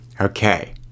Okay